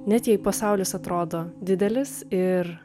net jei pasaulis atrodo didelis ir